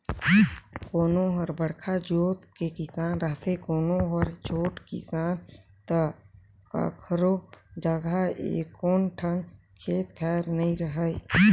कोनो हर बड़का जोत के किसान रथे, कोनो हर छोटे किसान त कखरो जघा एको ठन खेत खार नइ रहय